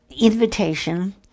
invitation